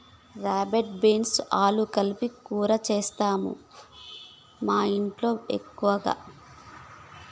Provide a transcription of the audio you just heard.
broad beans ఆలు కలిపి కూర చేస్తాము మాఇంట్లో ఎక్కువగా